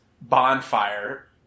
bonfire